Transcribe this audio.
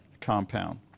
compound